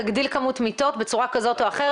תגדיל כמות מיטות בצורה כזאת או אחרת.